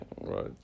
Right